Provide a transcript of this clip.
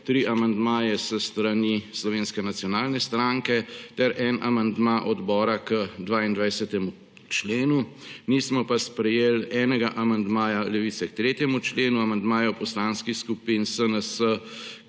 tri amandmaje s strani Slovenske nacionalne stranke ter en amandma odbora k 22. členu. Nismo pa sprejeli enega amandmaja Levice k 3. členu, amandmajev Poslanske skupine SNS